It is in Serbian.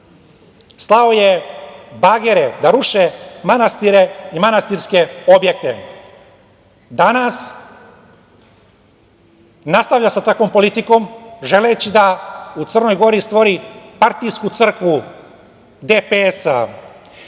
slao je bagere da ruše manastire i manastirske objekte. Danas nastavlja sa takvom politikom, želeći da u Crnoj Gori stvori partijsku crkvu DPS-a.